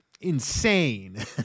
insane